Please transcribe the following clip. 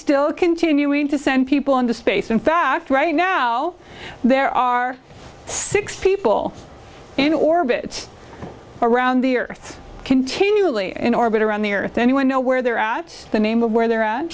still continuing to send people into space in fact right now there are six people in orbit around the earth continually in orbit around the earth anyone know where they're at the name of where they're at